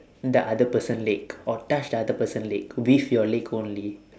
the other person leg or touch the other person leg with your leg only